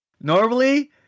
Normally